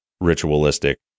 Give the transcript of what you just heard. ritualistic